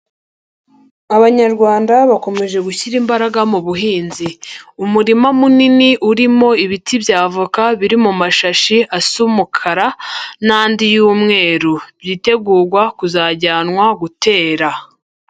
Abanyarwanda bakomeje gushyira imbaraga mu buhinzi. Umurima munini urimo ibiti bya avoka biri mu mashashi asa umukara n'andi y'umweru. Byitegugwa kuzajyanwa gutera.